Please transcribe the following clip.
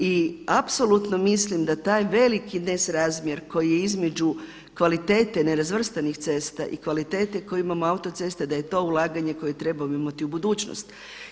I apsolutno mislim da taj veliki nesrazmjer koji je između kvalitete nerazvrstanih cesta i kvalitete koje imamo autoceste da je to ulaganje koje trebamo imati u budućnosti.